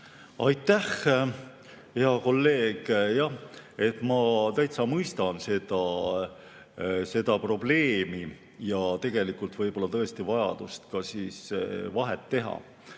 Aitäh, hea kolleeg! Jah, ma täitsa mõistan seda probleemi ja tegelikult võib-olla tõesti on vaja ka vahet teha.